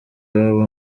iwabo